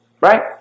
right